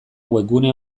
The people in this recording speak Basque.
webgune